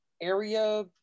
area